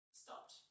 stopped